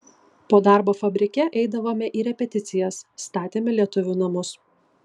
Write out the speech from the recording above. po darbo fabrike eidavome į repeticijas statėme lietuvių namus